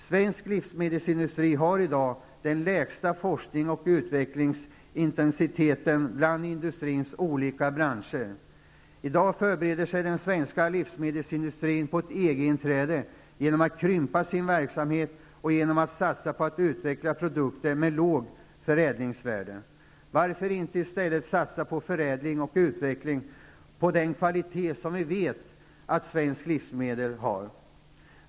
Svensk livsmedelsindustri har i dag den lägsta forsknings och utvecklingsintensiteten bland industrins olika branscher. I dag förbereder sig den svenska livsmedelsindustrin på ett EG-inträde genom att krympa sin verksamhet och genom att satsa på att utveckla produkter med lågt förädlingsvärde. Varför satsar man inte i stället på förädling och utveckling, på den kvalitet som vi vet att svenska livsmedel har?